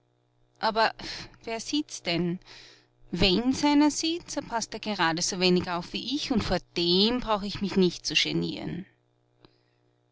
aber wer sieht's denn wenn's einer sieht so paßt er gerade so wenig auf wie ich und vor dem brauch ich mich nicht zu genieren